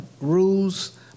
rules